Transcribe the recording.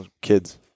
Kids